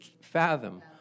fathom